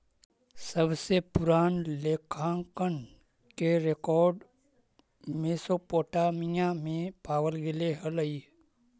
सबसे पूरान लेखांकन के रेकॉर्ड मेसोपोटामिया में पावल गेले हलइ